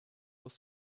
was